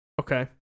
Okay